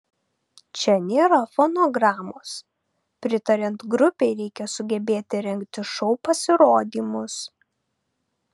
čia nėra fonogramos pritariant grupei reikia sugebėti rengti šou pasirodymus